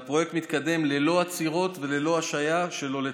והפרויקט מתקדם ללא עצירות וללא השהיה שלא לצורך.